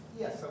Yes